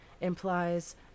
implies